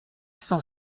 cent